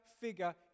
figure